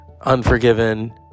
Unforgiven